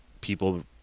people